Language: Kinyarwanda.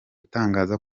atangaza